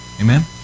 Amen